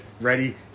Ready